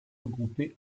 regroupés